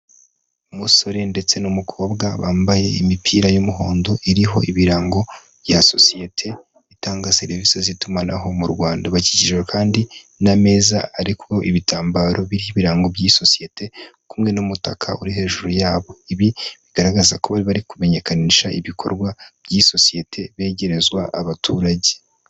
Umusore ndetse n'umukobwa, bambaye imipira y'umuhondo iriho ibirango bya sosiyete, itanga serivisi z'itumanaho mu Rwanda bikikijwe kandi n'ameza ariko ibitambaro by'ibirango by'isosiyete kumwe n'umutaka uri hejuru yabo. Ibi bigaragaza ko bari bari kumenyekanisha ibikorwa by'iyi sosiyete begerezwa abaturage.